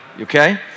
okay